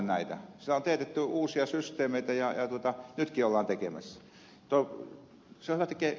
siellä on teetetty uusia systeemeitä ja nytkin ollaan tekemässä